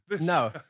No